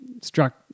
struck